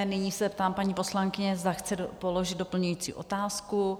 Nyní se ptám paní poslankyně, zde chce položit doplňující otázku?